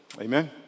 Amen